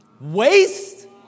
Waste